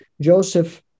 Joseph